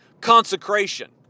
consecration